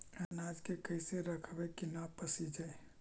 अनाज के कैसे रखबै कि न पसिजै?